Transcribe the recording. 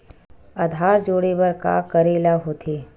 आधार जोड़े बर का करे ला होथे?